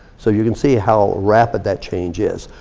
so you can see how rapid that change is.